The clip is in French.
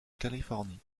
californie